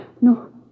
No